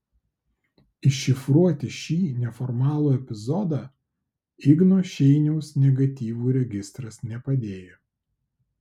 iššifruoti šį neformalų epizodą igno šeiniaus negatyvų registras nepadėjo